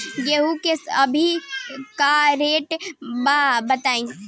गेहूं के अभी का रेट बा बताई?